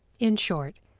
in short,